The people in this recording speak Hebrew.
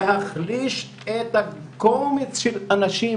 להחליש את קומץ האנשים.